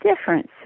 difference